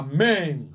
Amen